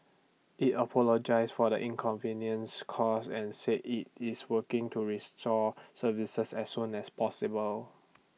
IT apologised for the inconvenience caused and said IT is working to restore services as soon as possible